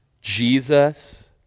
jesus